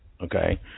okay